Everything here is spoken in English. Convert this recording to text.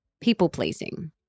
people-pleasing